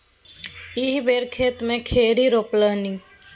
एहि बेर खेते मे खेरही रोपलनि